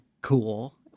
cool